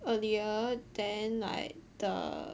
earlier then like the